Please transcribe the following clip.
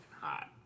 hot